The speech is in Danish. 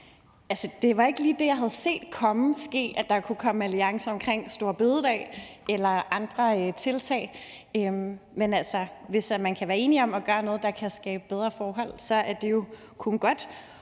Det var ikke lige det, jeg havde set komme, altså at der kunne komme en alliance omkring store bededag eller andre tiltag. Men hvis man kan være enige om at gøre noget, der kan skabe bedre forhold, så er det jo kun godt,